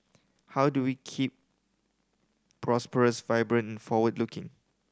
how do we keep prosperous vibrant forward looking